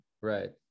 Right